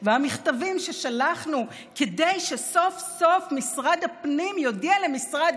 והמכתבים ששלחנו כדי שסוף-סוף משרד הפנים יודיע למשרד